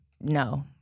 no